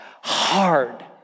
hard